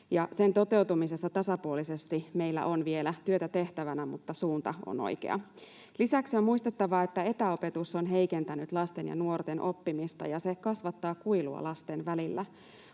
sen toteutumisessa tasapuolisesti meillä on vielä työtä tehtävänä, mutta suunta on oikea. Lisäksi on muistettava, että etäopetus on heikentänyt lasten ja nuorten oppimista ja se kasvattaa kuilua lasten välillä.